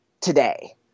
today